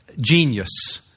Genius